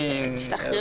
תשתחררו.